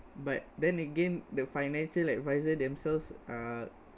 but then again the financial advisor themselves are